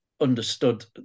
understood